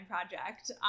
Project